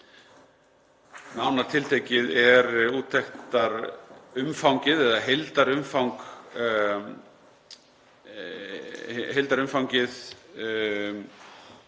Nánar tiltekið er úttektarumfangið eða heildarumfangið